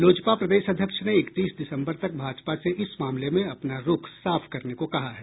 लोजपा प्रदेश अध्यक्ष ने इकतीस दिसम्बर तक भाजपा से इस मामले में अपना रूख साफ करने को कहा है